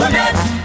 nuts